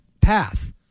path